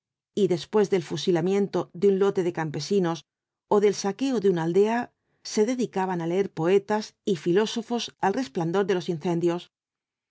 y después del fusilamiento de un lote de campesinos ó del saqueo de una aldea se dedicaban á leer poetas y filósofos al resplandor de los incendios